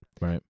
Right